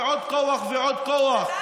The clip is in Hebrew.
ועוד כוח ועוד כוח.